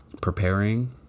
preparing